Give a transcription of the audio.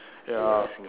ya